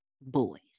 boys